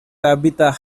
tabitha